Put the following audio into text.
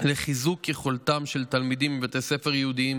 לחיזוק יכולתם של תלמידים בבתי ספר יהודיים